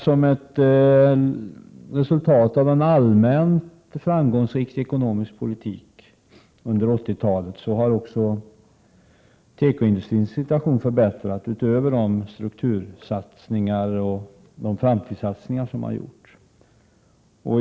Som ett resultat av en allmänt framgångsrik ekonomisk politik under 1980-talet har också tekoindustrins situation förbättrats utöver de strukturoch framtidssatsningar som gjorts.